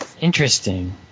Interesting